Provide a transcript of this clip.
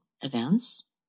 events